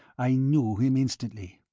i knew him instantly.